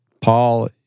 Paul